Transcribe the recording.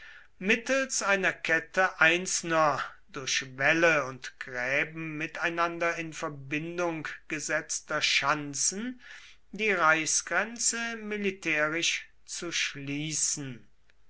mittels einer kette einzelner durch wälle und gräben miteinander in verbindung gesetzter schanzen die reichsgrenze militärisch zu schließen